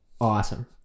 awesome